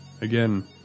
Again